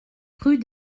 rue